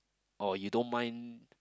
or you don't mind